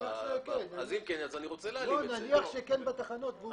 אני מניח שבתחנות.